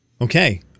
Okay